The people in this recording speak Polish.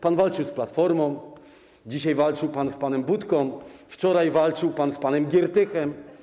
Pan walczył z Platformą, dzisiaj walczył pan z panem Budką, wczoraj walczył pan z panem Giertychem.